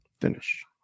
finish